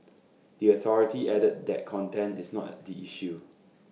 the authority added that content is not the issue